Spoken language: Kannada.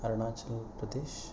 ಅರುಣಾಚಲ್ ಪ್ರದೇಶ್